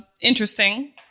interesting